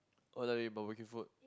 oh you like to eat barbecue food